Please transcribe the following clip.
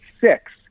six